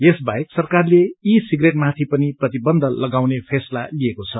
यस बाहेक सरकारले ई सिगरेटमाथि पनि प्रतिबन्ध लगाउने फैसला लिएको छ